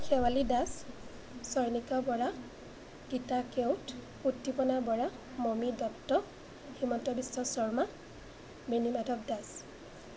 Sewali Das Chayanika Bora Gita Keot Uddipana Bora Momi Dutta Himanta Biswa Sarma Benimadhab Das